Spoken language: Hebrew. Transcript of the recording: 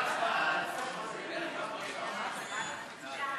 ההצעה להעביר את הצעת חוק יום העלייה,